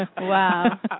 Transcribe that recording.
Wow